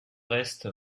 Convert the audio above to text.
reste